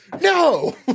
No